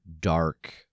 dark